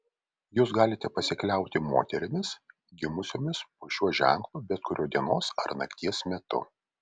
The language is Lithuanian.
jūs galite pasikliauti moterimis gimusiomis po šiuo ženklu bet kuriuo dienos ar nakties metu